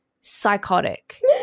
psychotic